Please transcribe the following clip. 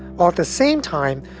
while at the same time,